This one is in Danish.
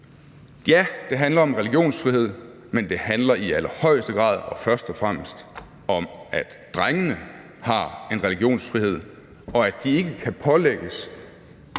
Ja, det handler om religionsfrihed, men det handler i allerhøjeste grad og først og fremmest om, at drengene har en religionsfrihed, og at de ikke kan pålægges